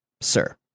sir